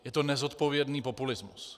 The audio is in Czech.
Je to nezodpovědný populismus.